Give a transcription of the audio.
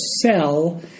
sell